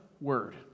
word